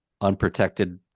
unprotected